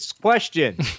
question